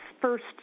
first